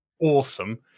awesome